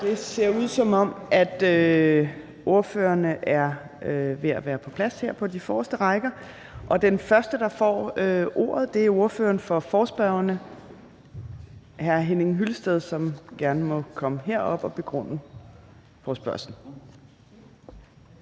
det ser ud, som om ordførerne er ved at være på plads på de forreste rækker, og den første, der får ordet, er ordføreren for forespørgerne, hr. Henning Hyllested, som gerne må komme herop og begrunde forespørgslen.